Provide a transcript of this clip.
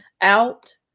out